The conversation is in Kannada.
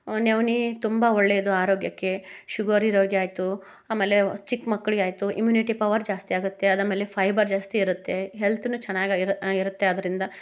ನವ್ಣೆ ತುಂಬ ಒಳ್ಳೆಯದು ಆರೋಗ್ಯಕ್ಕೆ ಶುಗರ್ ಇರೋರಿಗೆ ಆಯಿತು ಆಮೇಲೆ ಚಿಕ್ಕ ಮಕ್ಳಿಗೆ ಆಯಿತು ಇಮ್ಯುನಿಟಿ ಪವರ್ ಜಾಸ್ತಿ ಆಗುತ್ತೆ ಅದ ಮೇಲೆ ಫೈಬರ್ ಜಾಸ್ತಿ ಇರುತ್ತೆ ಹೆಲ್ತ್ನೂ ಚೆನ್ನಾಗಿ ಆಗಿರು ಇರುತ್ತೆ ಅದರಿಂದ